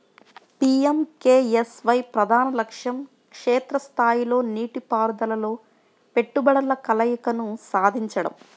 PMKSY ప్రధాన లక్ష్యం క్షేత్ర స్థాయిలో నీటిపారుదలలో పెట్టుబడుల కలయికను సాధించడం